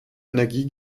energie